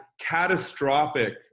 catastrophic